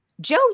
joe